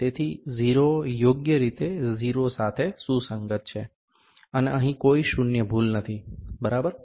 તેથી 0 યોગ્ય રીતે 0 સાથે સુસંગત છે અને અહીં કોઈ શૂન્ય ભૂલ નથી બરાબર